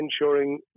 ensuring